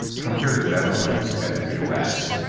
compare the netherlands and the u s.